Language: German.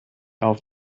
auf